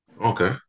Okay